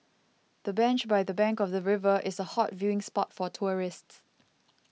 the bench by the bank of the river is a hot viewing spot for tourists